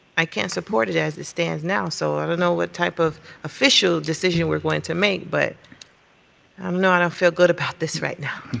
i can't support it as it stands now. so i don't know what type of official decision we are going to make, but um i don't feel good about this right now.